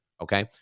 Okay